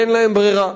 ואין להם ברירה.